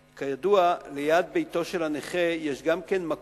כידוע, גם ליד ביתו של נכה מוקצה